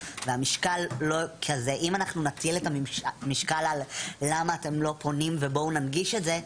אם אנחנו נטיל את המשקל על למה אתם לא פונים ובואו ננגיש את זה,